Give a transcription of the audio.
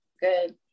good